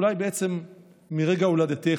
אולי בעצם מרגע הולדתך,